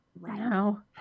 Now